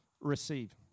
Receive